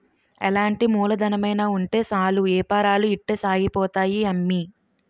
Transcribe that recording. ఎలాంటి మూలధనమైన ఉంటే సాలు ఏపారాలు ఇట్టే సాగిపోతాయి అమ్మి